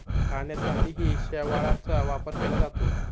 खाण्यासाठीही शेवाळाचा वापर केला जातो